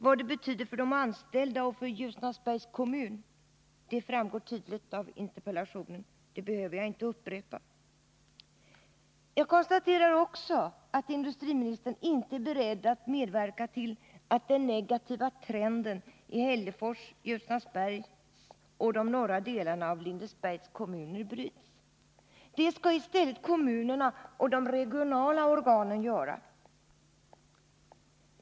Vad det betyder för de anställda och för Ljusnarsbergs kommun framgår tydligt av interpellationen. Det behöver jag inte upprepa. Jag konstaterar också att industriministern inte är beredd att medverka till att den negativa trenden i Hällefors och Ljusnarsbergs kommuner och de norra delarna av Lindesbergs kommun bryts. Det skall i stället kommunerna och de regionala organen göra.